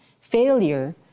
Failure